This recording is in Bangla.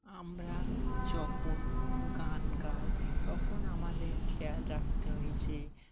আমরা যখন গান গাই তখন আমাদের খেয়াল রাখতে হয় যে